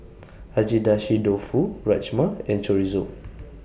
Agedashi Dofu Rajma and Chorizo